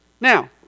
Now